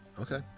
Okay